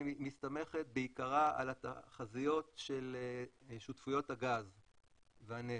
מסתמכת בעיקרה על תחזיות של שותפויות הגז והנפט,